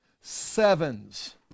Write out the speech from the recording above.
sevens